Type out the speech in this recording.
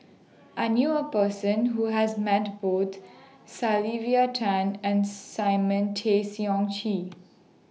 I knew A Person Who has Met Both Sylvia Tan and Simon Tay Seong Chee